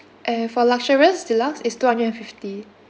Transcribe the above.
and for luxurious deluxe is two hundred and fifty